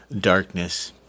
Darkness